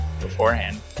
beforehand